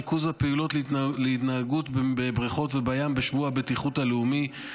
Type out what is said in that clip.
ריכוז הפעולות להתנהגות בבריכות ובים בשבוע הבטיחות הלאומי,